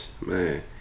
Man